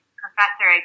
professor